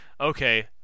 Okay